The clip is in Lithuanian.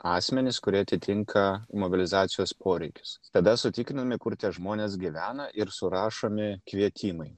asmenys kurie atitinka mobilizacijos poreikius tada sutikrinami kur tie žmonės gyvena ir surašomi kvietimai